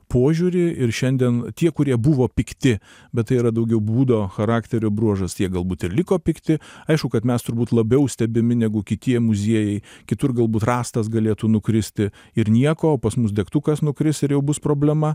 požiūrį ir šiandien tie kurie buvo pikti bet tai yra daugiau būdo charakterio bruožas jie galbūt ir liko pikti aišku kad mes turbūt labiau stebimi negu kiti muziejai kitur galbūt rastas galėtų nukristi ir nieko o pas mus degtukas nukris ir jau bus problema